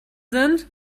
sind